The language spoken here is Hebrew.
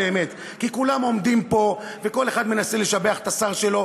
כי כולם עומדים פה וכל אחד מנסה לשבח את השר שלו,